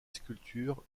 sculpture